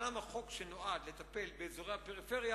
אבל למה חוק שנועד לטפל באזורי הפריפריה